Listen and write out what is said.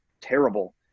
terrible